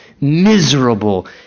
miserable